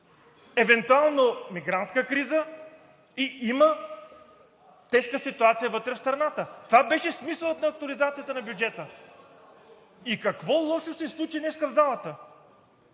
евентуално мигрантска криза и има тежка ситуация вътре в страната. Това беше смисълът на актуализацията на бюджета. Какво лошо се случи днеска в залата?